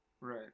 Right